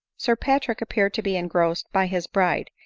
sir patrick appeared to be engrossed by his bride,